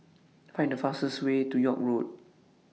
Find The fastest Way to York Road